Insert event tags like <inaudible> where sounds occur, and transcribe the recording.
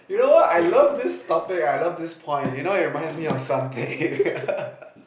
you know what I love this topic I love this point you know it reminds me of something <laughs>